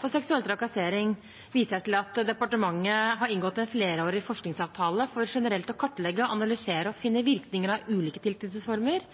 for seksuell trakassering, viser jeg til at departementet har inngått en flerårig forskningsavtale for generelt å kartlegge, analysere og finne virkninger av ulike tilknytningsformer.